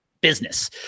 business